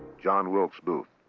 john wilkes booth.